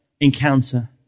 encounter